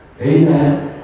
Amen